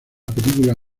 película